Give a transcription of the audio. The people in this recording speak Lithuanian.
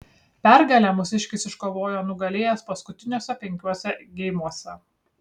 pergalę mūsiškis iškovojo nugalėjęs paskutiniuose penkiuose geimuose